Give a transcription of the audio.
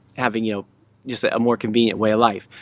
having you know just a more convenient way of life.